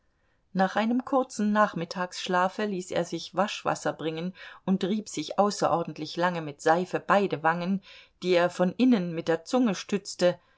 nach einem kurzen nachmittagsschlafe ließ er sich waschwasser bringen und rieb sich außerordentlich lange mit seife beide wangen die er von innen mit der zunge stützte